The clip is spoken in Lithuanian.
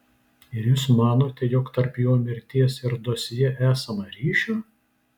ir jūs manote jog tarp jo mirties ir dosjė esama ryšio